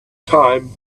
time